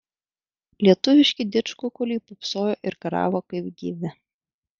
lietuviški didžkukuliai pūpsojo ir garavo kaip gyvi